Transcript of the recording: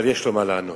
אבל יש לו מה לענות.